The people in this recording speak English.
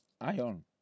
iron